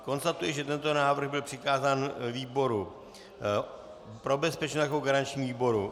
Konstatuji, že tento návrh byl přikázán výboru pro bezpečnost jako garančnímu výboru.